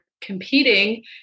competing